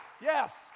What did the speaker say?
Yes